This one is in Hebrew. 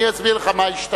אני אסביר לך מה השתנה,